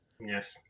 yes